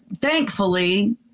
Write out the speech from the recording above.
thankfully